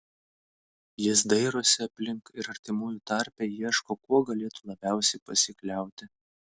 jis dairosi aplink ir artimųjų tarpe ieško kuo galėtų labiausiai pasikliauti